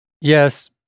Yes